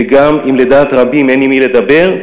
וגם אם לדעת רבים אין עם מי לדבר,